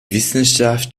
wissenschaft